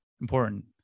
important